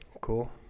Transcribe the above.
cool